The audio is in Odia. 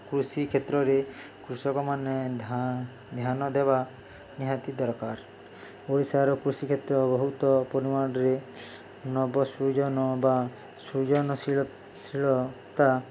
କୃଷି କ୍ଷେତ୍ରରେ କୃଷକମାନେ ଧ୍ୟାନ ଦେବା ନିହାତି ଦରକାର ଓଡ଼ିଶାର କୃଷି କ୍ଷେତ୍ର ବହୁତ ପରିମାଣରେ ନବସୃଜନ ବା ସୃଜନଶୀଳ ଶୀଳତା